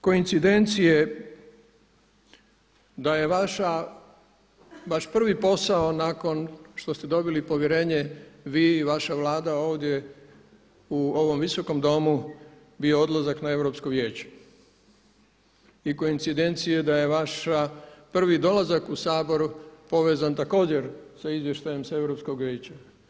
Što se tiče koincidencije da je vaš prvi posao nakon što ste dobili povjerenje vi i vaša Vlada ovdje u ovom Visokom domu bio odlazak na Europsko vijeće koincidencije da je vaš prvi dolazak u Sabor povezan također sa izvještajem sa Europskog vijeća.